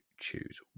choose